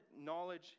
knowledge